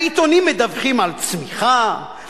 העיתונים מדווחים על צמיחה,